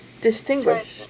Distinguished